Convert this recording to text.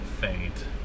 faint